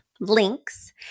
links